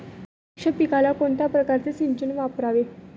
द्राक्ष पिकाला कोणत्या प्रकारचे सिंचन वापरावे?